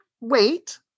wait